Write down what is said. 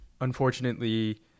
unfortunately